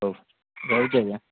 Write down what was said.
ହଉ ରହୁଛି ଆଜ୍ଞା